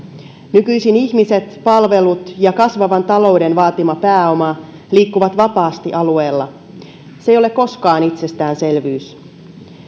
nykyisin ihmiset palvelut ja kasvavan talouden vaatima pääoma liikkuvat vapaasti alueella se ei ole koskaan itsestäänselvyys